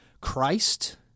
Christ